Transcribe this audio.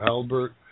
Albert